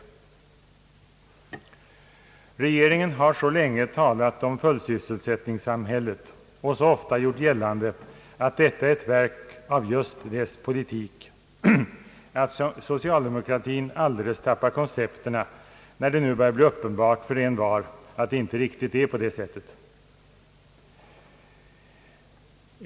Regeringen har så länge talat om fullsysselsättningssamhället och så ofta gjort gällande att detta är ett verk av just dess politik, att socialdemokratin alldeles tappar koncepterna när det nu börjar bli uppenbart för envar att det inte riktigt är på det sättet.